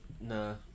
Nah